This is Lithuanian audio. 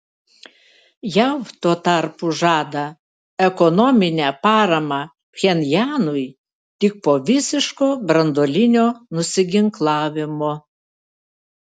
jav tuo tarpu žada ekonominę paramą pchenjanui tik po visiško branduolinio nusiginklavimo